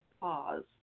Pause